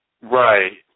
Right